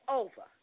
over